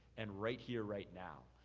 and right here right now.